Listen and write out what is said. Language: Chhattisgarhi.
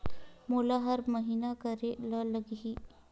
मोला हर महीना करे ल लगही?